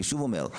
אני שוב אומר,